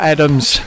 Adams